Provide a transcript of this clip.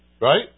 Right